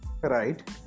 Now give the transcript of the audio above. right